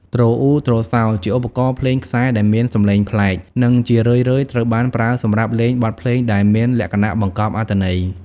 ទ្រអ៊ូ ទ្រសោ ជាឧបករណ៍ភ្លេងខ្សែដែលមានសំឡេងប្លែក និងជារឿយៗត្រូវបានប្រើសម្រាប់លេងបទភ្លេងដែលមានលក្ខណៈបង្កប់អត្ថន័យ។